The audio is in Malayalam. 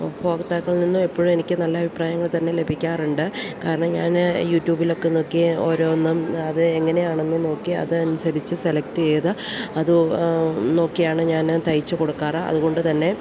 ഉപോക്താക്കളിൽ നിന്നും എപ്പോഴും എനിക്ക് നല്ല അഭിപ്രായങ്ങൾ തന്നെ ലഭിക്കാറുണ്ട് കാരണം ഞാൻ യൂട്യൂബിലൊക്കെ നോക്കി ഓരോന്നും അത് എങ്ങനെയാണെന്നു നോക്കി അതനുസരിച്ച് സെലക്ട് ചെയ്ത് അത് നോക്കിയാണ് ഞാൻ തയ്ച്ചു കൊടുക്കാറ് അതുകൊണ്ടുതന്നെ